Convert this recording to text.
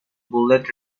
bullet